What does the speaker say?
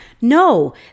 no